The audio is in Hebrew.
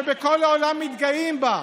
שבכל העולם מתגאים בה,